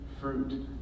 fruit